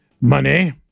money